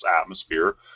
atmosphere